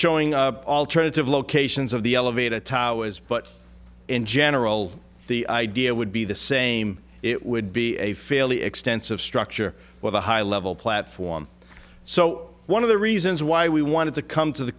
showing alternative locations of the elevate a towers but in general the idea would be the same it would be a fairly extensive structure with a high level platform so one of the reasons why we wanted to come to the